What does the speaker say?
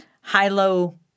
high-low